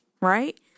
right